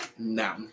No